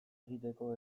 egiteko